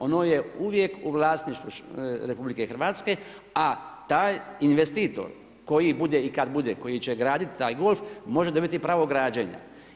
Ono je uvijek u vlasništvu RH, a taj investitor koji bude i kad bude, koji će graditi taj golf može dobiti pravo građenja.